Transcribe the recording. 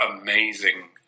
amazing